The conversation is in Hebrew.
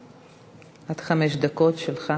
עד חמש דקות, שלך.